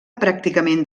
pràcticament